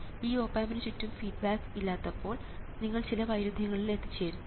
ഈ ഓപ് ആമ്പിന് ചുറ്റും ഫീഡ്ബാക്ക് ഇല്ലാത്തപ്പോൾ നിങ്ങൾ ചില വൈരുദ്ധ്യങ്ങളിൽ എത്തിച്ചേരും